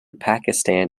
pakistan